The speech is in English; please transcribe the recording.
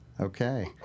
Okay